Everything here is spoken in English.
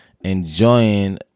enjoying